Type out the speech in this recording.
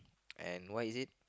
and what is it